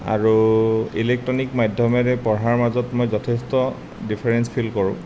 আৰু ইলেক্ট্ৰণিক মাধ্যমেৰে পঢ়াৰ মাজত মই যথেষ্ট ডিফেৰেন্স ফীল কৰোঁ